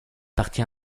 partie